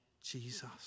Jesus